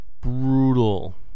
brutal